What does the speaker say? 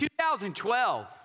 2012